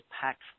packed